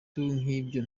cy’ibyo